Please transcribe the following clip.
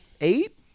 eight